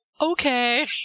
okay